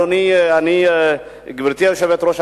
גברתי היושבת-ראש,